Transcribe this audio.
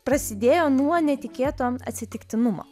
prasidėjo nuo netikėto atsitiktinumo